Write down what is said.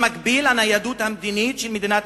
שמגביל את הניידות המדינית של מדינת